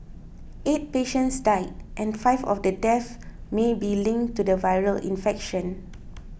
eight patients died and five of the deaths may be linked to the viral infection